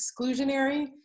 exclusionary